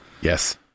Yes